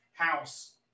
House